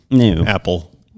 Apple